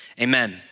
amen